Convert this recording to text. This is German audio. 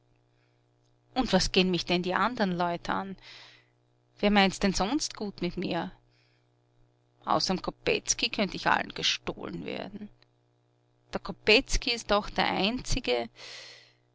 und was geh'n mich denn die andern leut an wer meint's denn sonst gut mit mir außer'm kopetzky könnt ich allen gestohlen werden der kopetzky ist doch der einzige